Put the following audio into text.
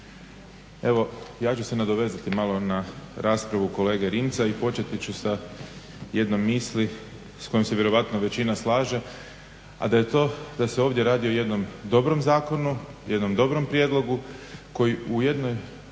Evo, ja ću se nadovezati malo na raspravu kolege Rimca i početi ću sa jednom misli s kojom se vjerojatno većina slaže, a da je to, da se ovdje radi o jednom dobro zakonu, jednom dobrom prijedlogu koji u jednoj